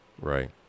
Right